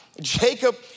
Jacob